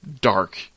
dark